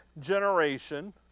generation